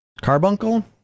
Carbuncle